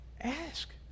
Ask